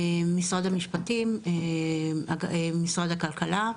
משרד המשפטים, משרד הכלכלה,